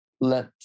let